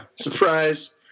Surprise